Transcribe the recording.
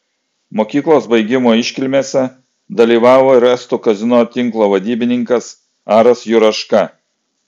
mokyklos baigimo iškilmėse dalyvavo ir estų kazino tinklo vadybininkas aras juraška